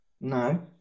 No